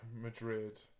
Madrid